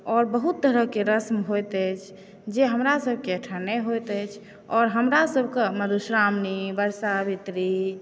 और बहुत तरहकेँ रस्म होइत अछि जे हमरा सभकेँ एहिठाम नहि होइत अछि और हमरा सभके मधुश्रावणी बटसवित्री